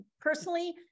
personally